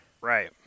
right